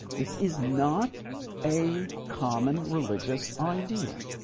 this is not a common religious idea.